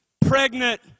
pregnant